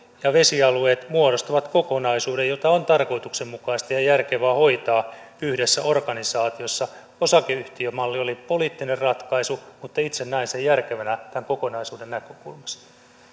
ja vesialueet muodostavat kokonaisuuden jota on tarkoituksenmukaista ja järkevää hoitaa yhdessä organisaatiossa osakeyhtiömalli oli poliittinen ratkaisu mutta itse näen sen järkevänä tämän kokonaisuuden näkökulmasta